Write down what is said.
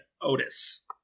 Otis